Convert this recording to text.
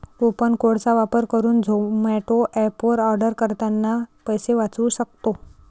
coupon code चा वापर करुन झोमाटो एप वर आर्डर करतांना पैसे वाचउ सक्तो